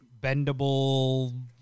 bendable